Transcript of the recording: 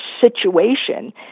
situation